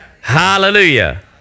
Hallelujah